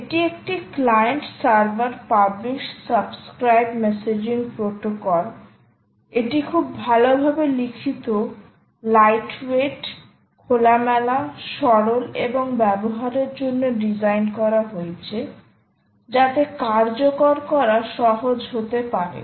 এটি একটি client server publish subscribe messaging protocol এটি খুব ভালভাবে লিখিত লাইট ওয়েইট খোলামেলা সরল এবং ব্যবহারের জন্য ডিজাইন করা হয়েছে যাতে কার্যকর করা সহজ হতে পারে